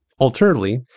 alternatively